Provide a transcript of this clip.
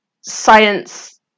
science